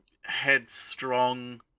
headstrong